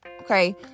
Okay